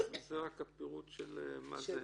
זה רק הפירוט מה זה פשע ומה זה עוון?